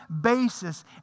basis